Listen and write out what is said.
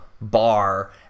bar